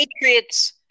Patriots